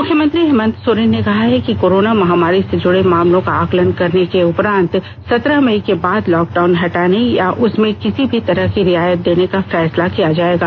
मुख्यमंत्री हेमन्त सोरेन ने कहा है कि कोरोना महामारी से जुड़े मामलों का आकलन करने के उपरांत सत्रह मई के बाद लॉकडाउन हटाने या उसमें किसी तरह की रियायत देने का फैसला किया जाएगा